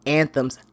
anthems